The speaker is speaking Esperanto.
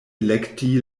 elekti